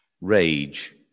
rage